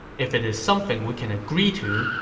if it's something we can agree to,